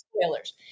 spoilers